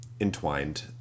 entwined